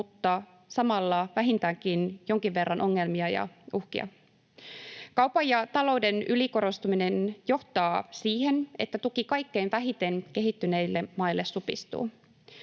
mutta samalla vähintäänkin jonkin verran ongelmia ja uhkia. Kaupan ja talouden ylikorostuminen johtaa siihen, että tuki kaikkein vähiten kehittyneille maille supistuu.